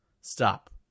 Stop